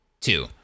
Two